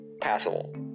passable